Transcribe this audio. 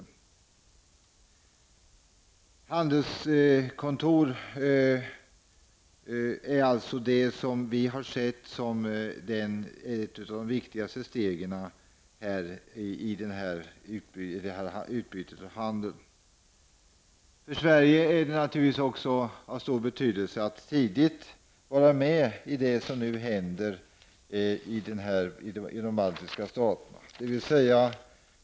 Etablering av handelskontor är alltså det som vi har sett som ett av de viktigaste stegen när det gäller utbyte av handel. För Sverige är det naturligtvis också av stor betydelse att tidigt vara med i det som nu händer i de baltiska staterna.